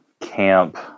Camp